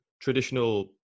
traditional